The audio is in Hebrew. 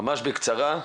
ממש בקצרה.